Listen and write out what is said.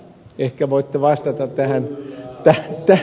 ehkä voitte vastata tähän kysymykseen